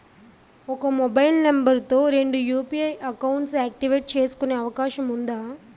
ఒక mobile number తో రెండు యు.పి.ఐ అకౌంట్స్ యాక్టివేట్ చేసుకునే అవకాశం వుందా?